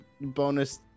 bonus